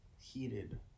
heated